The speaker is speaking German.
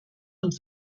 und